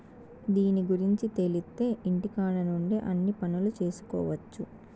దీని గురుంచి తెలిత్తే ఇంటికాడ నుండే అన్ని పనులు చేసుకొవచ్చు